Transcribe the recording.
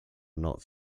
not